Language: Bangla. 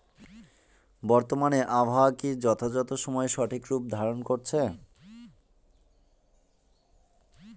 বর্তমানে আবহাওয়া কি যথাযথ সময়ে সঠিক রূপ ধারণ করছে?